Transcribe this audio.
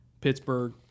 Pittsburgh